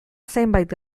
zenbait